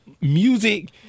music